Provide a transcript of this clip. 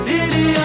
City